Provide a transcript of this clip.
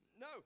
No